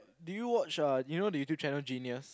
do you watch uh you know the YouTube channel genius